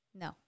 No